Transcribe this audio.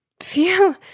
Phew